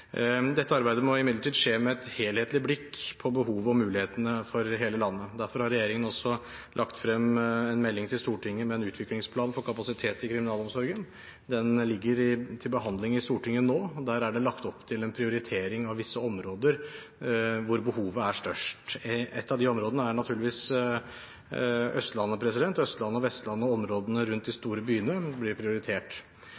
Dette arbeidet må imidlertid skje med et helhetlig blikk på behovet og mulighetene for hele landet. Derfor har regjeringen også lagt frem en melding til Stortinget med en utviklingsplan for kapasitet i kriminalomsorgen. Den ligger til behandling i Stortinget nå. Der er det lagt opp til en prioritering av visse områder hvor behovet er størst. Ett av de områdene er naturligvis Østlandet. Østlandet og Vestlandet og områdene rundt de store byene blir prioritert.